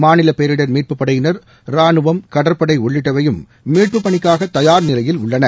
மாநில பேரிடர் மீட்பு படையினர் ராணுவம் கடற்படை உள்ளிட்டவையும் மீட்பு பணிக்காக தயார் நிலையில் உள்ளன